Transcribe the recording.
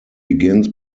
begins